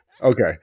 Okay